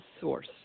source